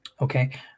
okay